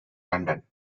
london